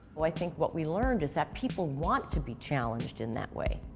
well, i think what we learned is that people want to be challenged in that way.